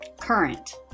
Current